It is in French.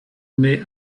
met